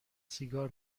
سیگار